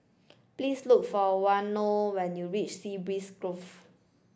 please look for Waino when you reach Sea Breeze Grove